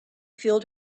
filled